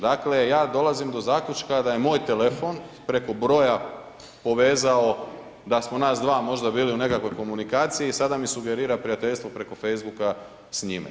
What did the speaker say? Dakle, ja dolazim do zaključka da je moj telefon preko broja povezao da smo nas dva možda bili u nekakvoj komunikaciji i sada mi sugerira prijateljstvo preko facebooka s njime.